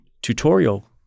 tutorial